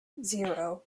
zero